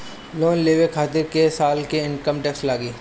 Loan लेवे खातिर कै साल के इनकम टैक्स लागी?